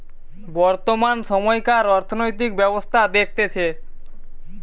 বর্তমান সময়কার অর্থনৈতিক ব্যবস্থা দেখতেছে